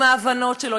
עם ההבנות שלו,